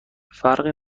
فرقی